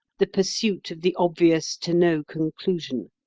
the pursuit of the obvious to no conclusion.